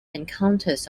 encounters